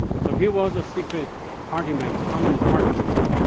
so he was a secret party member, communist party member.